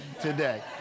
today